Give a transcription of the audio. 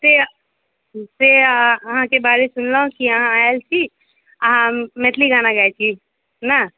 से से अहाँके बारे सुनलहुँ कि अहाँ आयल छी अहाँ मैथिली गाना गाबैत छी नहि